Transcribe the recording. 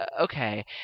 okay